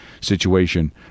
situation